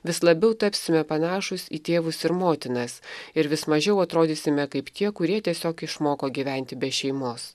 vis labiau tapsime panašūs į tėvus ir motinas ir vis mažiau atrodysime kaip tie kurie tiesiog išmoko gyventi be šeimos